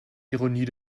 ironie